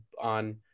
on